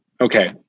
Okay